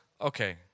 okay